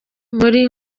muri